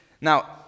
Now